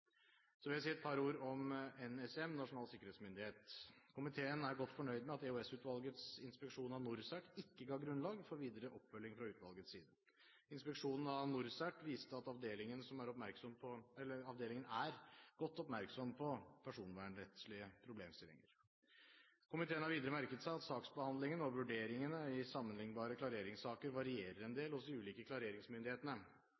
Så vil jeg si et par ord om NSM, Nasjonal sikkerhetsmyndighet. Komiteen er godt fornøyd med at EOS-utvalgets inspeksjon av NorCERT ikke ga grunnlag for videre oppfølging fra utvalgets side. Inspeksjonen av NorCERT viste at avdelingen er godt oppmerksom på personvernrettslige problemstillinger. Komiteen har videre merket seg at saksbehandlingen og vurderingene i sammenlignbare klareringssaker varierer en